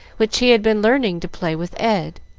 which he had been learning to play with ed.